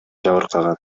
жабыркаган